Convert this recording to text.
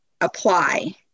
apply